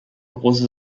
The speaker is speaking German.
große